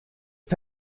his